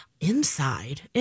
Inside